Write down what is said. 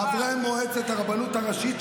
חברי מועצת הרבנות הראשית,